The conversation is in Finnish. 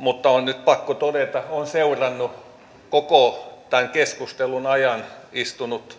on on nyt pakko todeta olen seurannut tätä koko tämän keskustelun ajan istunut